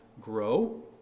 grow